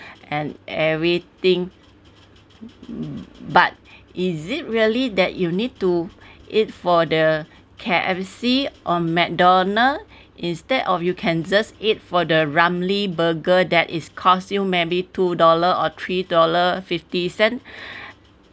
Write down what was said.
and everything but is it really that you need to eat for the K_F_C or mcdonald instead of you can just eat for the ramly burger that is cost you maybe two dollar or three dollar fifty cent